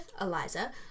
Eliza